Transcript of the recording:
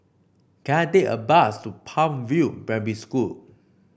can I take a bus to Palm View Primary School